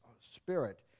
Spirit